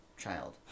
child